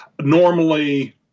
normally